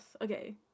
Okay